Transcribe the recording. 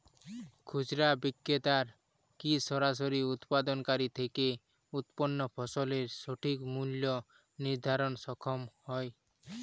খুচরা বিক্রেতারা কী সরাসরি উৎপাদনকারী থেকে উৎপন্ন ফসলের সঠিক মূল্য নির্ধারণে সক্ষম হয়?